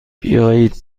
بیایید